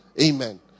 amen